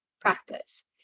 practice